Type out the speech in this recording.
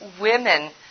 women